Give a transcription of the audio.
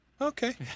okay